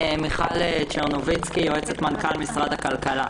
אני יועצת מנכ"ל משרד הכלכלה.